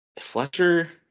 Fletcher –